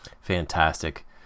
fantastic